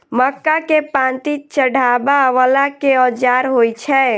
मक्का केँ पांति चढ़ाबा वला केँ औजार होइ छैय?